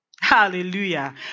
Hallelujah